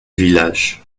village